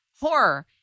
horror